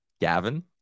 Gavin